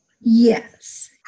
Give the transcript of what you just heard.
Yes